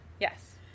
Yes